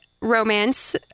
romance